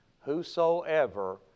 Whosoever